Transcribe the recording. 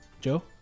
Joe